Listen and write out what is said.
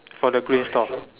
for the green store